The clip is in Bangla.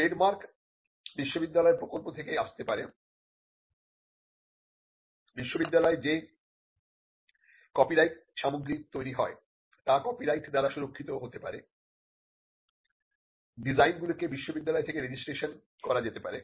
ট্রেডমার্ক বিশ্ববিদ্যালয়ের প্রকল্প থেকে আসতে পারে বিশ্ববিদ্যালয়ে যে কপিরাইট সামগ্রী তৈরি হয় তা কপিরাইট দ্বারা সুরক্ষিত হতে পারে ডিজাইনগুলিকে বিশ্ববিদ্যালয় থেকে রেজিস্ট্রেশন করা যেতে পারে